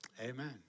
amen